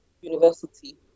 university